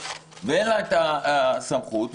ואין לה את הסמכות.